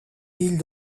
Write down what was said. villes